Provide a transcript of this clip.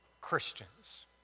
Christians